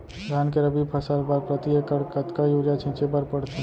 धान के रबि फसल बर प्रति एकड़ कतका यूरिया छिंचे बर पड़थे?